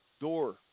door